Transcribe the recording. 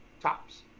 tops